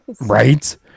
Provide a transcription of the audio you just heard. right